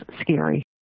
scary